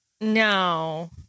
No